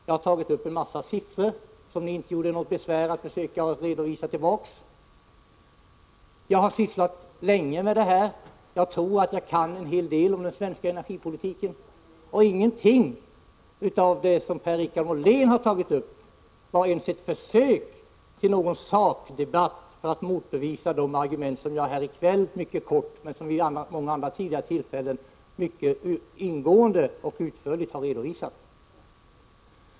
Jag har redovisat en hel del siffror, som ni inte gjorde något besvär av att försöka kommentera. Jag har sysslat länge med dessa frågor, och jag tror att jag kan en hel del om den svenska energipolitiken. Ingenting av det som Per-Richard Molén tog upp var ens ett försök till någon sakdebatt för att motbevisa de argument som jag här i kväll mycket kort men vid många andra tillfällen mycket ingående och utförligt redovisat.